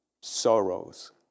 sorrows